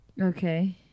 Okay